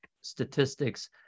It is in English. statistics